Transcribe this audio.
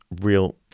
real